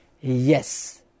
Yes